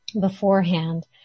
beforehand